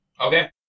Okay